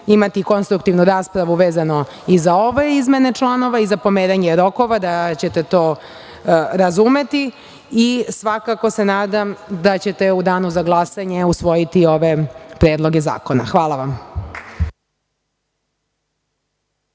imati konstruktivnu raspravu vezao i za ove izmene članova i za pomeranje rokova, da će te do razumeti i svakako se nadam da ćete u danu za glasanje usvojiti ove predloge zakona. Hvala.